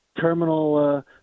terminal